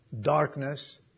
darkness